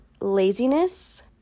laziness